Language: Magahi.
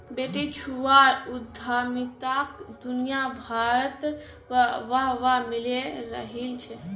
बेटीछुआर उद्यमिताक दुनियाभरत वाह वाह मिले रहिल छे